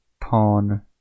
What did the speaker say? pawn